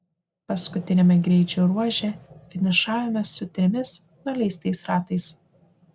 paskutiniame greičio ruože finišavome su trimis nuleistais ratais